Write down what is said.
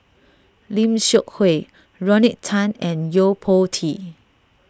Lim Seok Hui Rodney Tan and Yo Po Tee